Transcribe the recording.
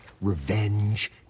revenge